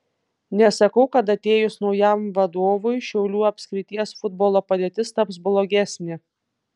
nesakau kad atėjus naujam vadovui šiaulių apskrities futbolo padėtis taps blogesnė